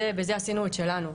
בזה עשינו את שלנו.